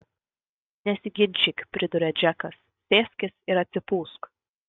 nesiginčyk priduria džekas sėskis ir atsipūsk